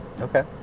Okay